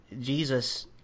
Jesus